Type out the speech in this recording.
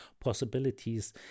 possibilities